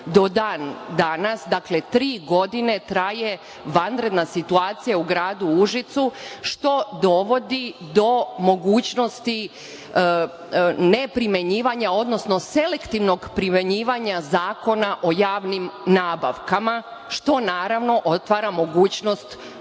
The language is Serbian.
do dan-danas. Dakle, tri godine traje vanredna situacija u gradu Užicu, što dovodi do mogućnosti neprimenjivanja, odnosno selektivnog primenjivanja Zakona o javnim nabavkama, što naravno otvara mogućnost